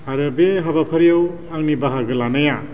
आरो बे हाबाफारियाव आंनि बाहागो लानाया